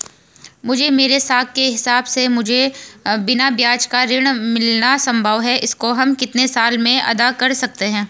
मुझे मेरे साख के हिसाब से मुझे बिना ब्याज का ऋण मिलना संभव है इसको हम कितने साल में अदा कर सकते हैं?